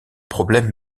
problème